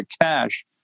cash